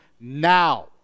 now